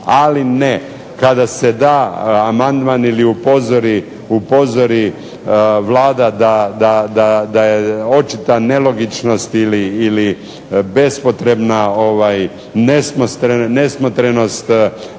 Ali ne, kada se da amandman ili upozori Vlada da je očita nelogičnost ili bespotrebna nesmotrenost